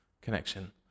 connection